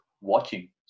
watching